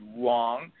wrong